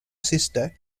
sister